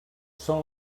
són